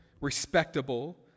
respectable